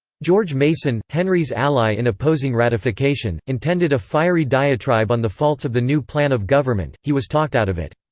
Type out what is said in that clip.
george mason, henry's ally in opposing ratification, intended a fiery diatribe on the faults of the new plan of government he was talked out of it.